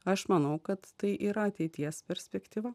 aš manau kad tai yra ateities perspektyva